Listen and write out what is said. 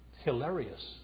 hilarious